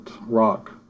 rock